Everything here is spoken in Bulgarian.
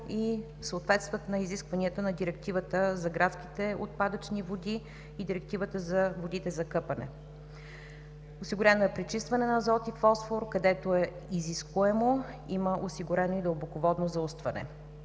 и съответстват на изискванията на Директивата за градските отпадъчни води и Директивата за водите за къпане. Осигурено е пречистването на азот и фосфор, което е изискуемо и има осигурено дълбоководно заустване.